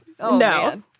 no